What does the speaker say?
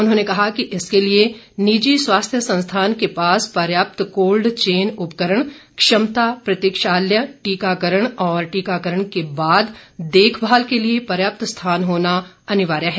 उन्होंने कहा कि इसके लिए निजी स्वास्थ्य संस्थान के पास पर्याप्त कोल्ड चेन उपकरण क्षमता प्रतिक्षालय टीकाकरण और टीकाकरण के बाद देखभाल के लिए पर्याप्त स्थान होना अनिवार्य है